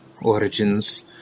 origins